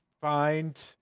find